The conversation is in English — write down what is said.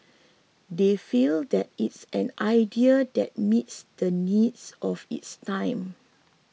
they feel that it's an idea that meets the needs of its time